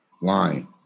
lying